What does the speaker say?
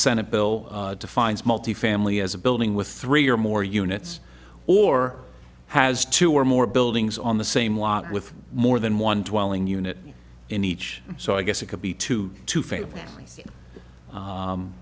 senate bill defines multifamily as a building with three or more units or has two or more buildings on the same lot with more than one two and unit in each so i guess it could be two to